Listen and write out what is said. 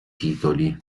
titoli